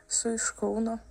esu iš kauno